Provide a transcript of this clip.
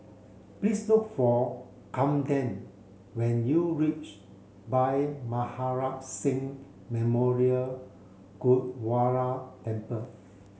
please look for Kamden when you reach Bhai Maharaj Singh Memorial Gurdwara Temple